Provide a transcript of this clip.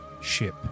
ship